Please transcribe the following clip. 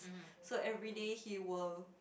so everyday he will